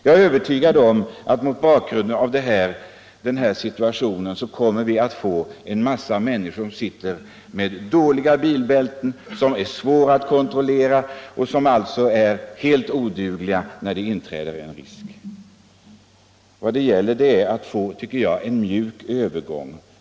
Jag är övertygad om att en massa människor kommer att sitta med dåliga bilbälten som är svåra att kontrollera och som alltså är helt odugliga när en risksituation uppstår. Vad det gäller är att få en mjuk övergång.